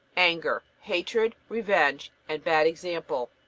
anger, hatred, revenge, and bad example.